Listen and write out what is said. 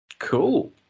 Cool